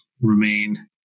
remain